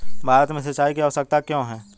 भारत में सिंचाई की आवश्यकता क्यों है?